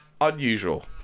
unusual